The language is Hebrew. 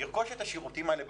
ירכוש את השירותים האלה בחוץ.